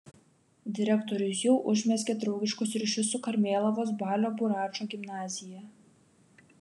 direktorius jau užmezgė draugiškus ryšius su karmėlavos balio buračo gimnazija